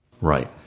Right